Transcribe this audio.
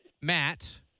Matt